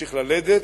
נמשיך ללדת,